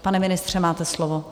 Pane ministře, máte slovo.